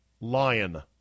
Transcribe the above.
lion